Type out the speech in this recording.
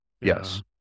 Yes